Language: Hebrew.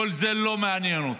כל זה לא מעניין אותו.